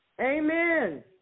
Amen